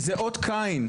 זה אות קין.